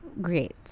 great